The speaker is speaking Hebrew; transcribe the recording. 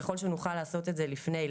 ככל שנוכל לעשות את זה לפני,